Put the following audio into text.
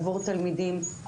עבור תלמידים,